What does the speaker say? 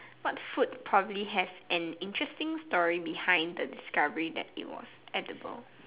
what food probably has an interesting story behind the discovery that it was edible